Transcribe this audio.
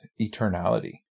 eternality